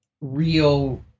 real